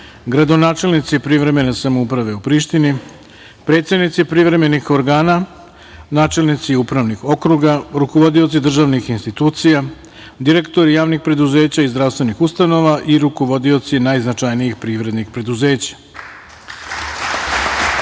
gradonačelnici privremene samouprave u Prištini, predsednici Privremenih organa, načelnici upravnih okruga, rukovodioci državnih institucija, direktori javnih preduzeća i zdravstvenih ustanova i rukovodioci najznačajnijih privrednih preduzeća. Takođe,